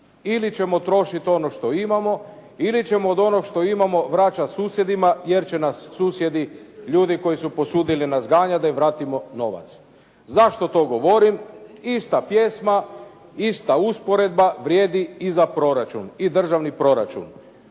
Ili ćemo trošiti ono što imamo ili ćemo od onog što imamo vraćat susjedima jer će nas susjedi, ljudi koji su posudili nas ganjat da im vratimo novac. Zašto to govorim? Ista pjesma, ista usporedba vrijedi i za proračun i državni proračun.